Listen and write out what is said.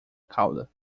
cauda